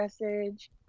message